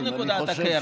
פה נקודת הקרע.